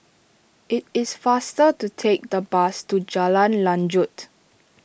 it is faster to take the bus to Jalan Lanjut